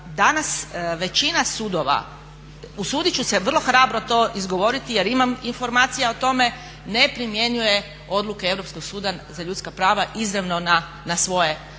danas većina sudova, usudit ću se vrlo hrabro to izgovoriti jer imam informacija o tome ne primjenjuje odluke Europskog suda za ljudska prava izravno na svoje odluke